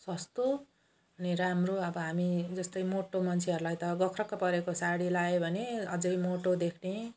सस्तो अनि राम्रो अब हामी जस्तै मोटो मान्छेहरूलाई त गख्रकै परेको साडी लायो भने अझै मोटो देख्ने